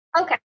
Okay